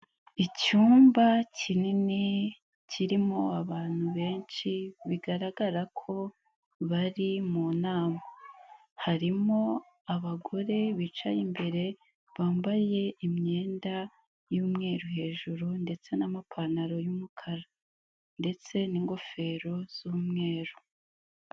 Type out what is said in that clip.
Icyumba kinini kirimo abantu benshi bigaragara ko bari mu nama, harimo abagore bicaye imbere bambaye imyenda y'umweru hejuru, ndetse n'amapantaro y'umukara, ndetse n'ingofero z'umweru.